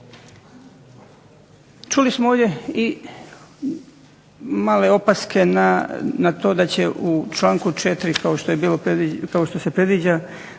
Čuli smo ovdje i male opaske na to da će u članku 4. kao što se predviđa